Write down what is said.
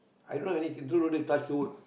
i don't really contributed touch wood